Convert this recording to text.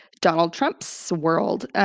donald trump's world.